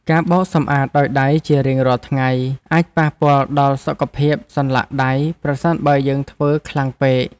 ការបោកសម្អាតដោយដៃជារៀងរាល់ថ្ងៃអាចប៉ះពាល់ដល់សុខភាពសន្លាក់ដៃប្រសិនបើយើងធ្វើខ្លាំងពេក។